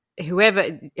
whoever